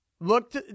Looked